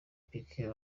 piqué